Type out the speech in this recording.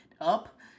up